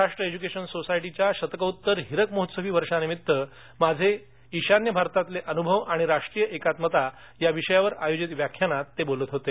Maharashtra education सोसायटीच्या शतकोत्तर हिरक महोत्सवी वर्षानिमित्त माझे ईशान्य भारतातले अनुभव आणि राष्ट्रीय एकात्मता या विषयावर आयोजित व्याख्यानात ते बोलत होते